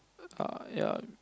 err ya